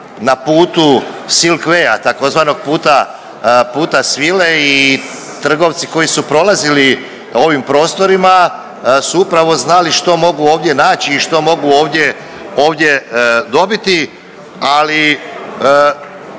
na putu silk waya tzv. puta svile i trgovci koji su prolazili ovim prostorima su upravo znači što mogu ovdje naći i što mogu ovdje dobiti. Ali